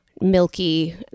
milky